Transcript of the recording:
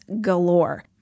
galore